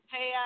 Hey